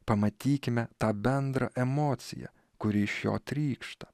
pamatykime tą bendrą emociją kuri iš jo trykšta